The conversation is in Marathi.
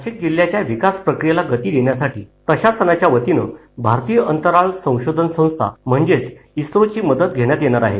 नाशिक जिल्ह्याच्या विकास प्रक्रियेला गती देण्यासाठी प्रशासनाच्या वतीनं भारतीय अंतराळ संशोधन संस्था म्हणजे इस्रोची मदत घेण्यात येणार आहे